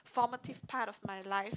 formative part of my life